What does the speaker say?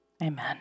Amen